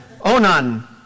Onan